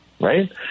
right